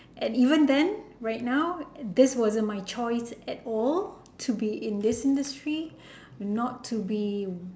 and even then right now this wasn't my choice at all to be in this industry but not to be